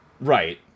Right